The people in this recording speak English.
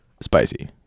spicy